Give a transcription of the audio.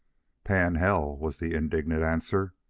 pan hell! was the indignant answer.